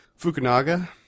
Fukunaga